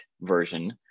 version